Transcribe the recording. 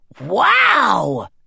Wow